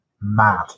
mad